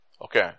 okay